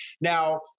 Now